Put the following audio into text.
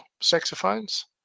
saxophones